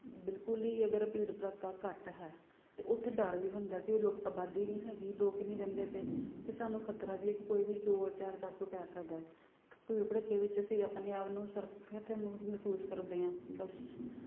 ਬਿਲਕੁਲ ਹੀ ਅਗਰ ਭੀੜ ਭੜੱਕਾ ਘੱਟ ਹੈ ਅਤੇ ਓੱਥੇ ਡਰ ਵੀ ਹੁੰਦਾ ਕਿ ਲੋਕ ਅਬਾਦੀ ਨਹੀਂ ਹੈਗੀ ਲੋਕ ਨਹੀਂ ਰਹਿੰਦੇ ਪਏ ਅਤੇ ਸਾਨੂੰ ਖਤਰਾ ਵੀ ਹੈ ਕਿ ਕੋਈ ਵੀ ਚੋਰ ਚਾਰ ਡਾਕੂ ਪੈ ਸਕਦਾ ਹੈ ਭੀੜ ਭੜੱਕੇ ਵਿੱਚ ਅਸੀਂ ਆਪਣੇ ਆਪ ਨੂੰ ਸੁਰੱਖਿਅਤ ਮਹਿਸੂਸ ਕਰਦੇ ਹਾਂ ਬਸ